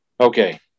Okay